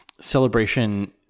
celebration